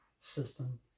system